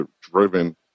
driven